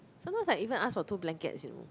sometimes I even ask for two blankets you